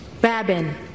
Babin